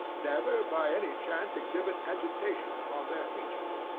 never by any chance exhibit agitation upon their features.